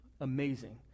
amazing